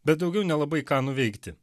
bet daugiau nelabai ką nuveikti